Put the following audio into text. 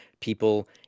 people